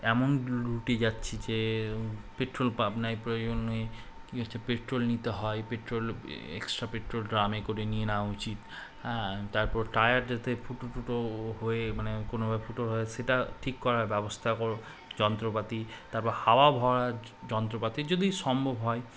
এমন লুটে যাচ্ছি যে পেট্রোল পাম্প নেয় প্রয়োজনে ক হছে পেট্রোল নিতে হয় পেট্রোল এক্সট্রা পেট্রোল ড্রামে করে নিয়ে নেওয়া উচিত হ্যাঁ তারপর টায়া র যাতে ফুটো টুটো হয়ে মানে কোনোভাবে ফুটো হয় সেটা ঠিক করার ব্যবস্থা করো যন্ত্রপাতি তারপর হাওয়া ভরার যন্ত্রপাতি যদি সম্ভব হয়